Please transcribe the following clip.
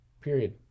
Period